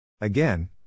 Again